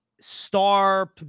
star